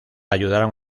ayudaron